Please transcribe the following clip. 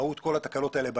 ראו את כל התקלות האלו בעיניים.